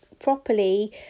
properly